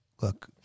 Look